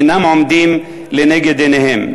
אינם עומדים לנגד עיניהם.